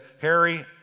Harry